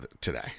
today